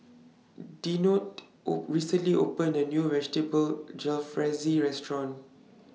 Dionte recently opened A New Vegetable Jalfrezi Restaurant